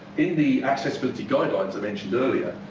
in the accessibility guidelines i mentioned earlier,